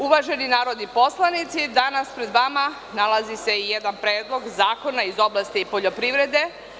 Uvaženi narodni poslanici, danas pred vama se nalazi i jedan predlog zakona iz oblasti poljoprivrede.